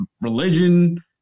religion